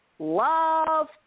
love